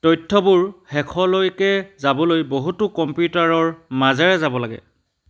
তথ্যবোৰ শেষলৈকে যাবলৈ বহুতো কম্পিউটাৰৰ মাজেৰে যাব লাগে